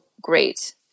great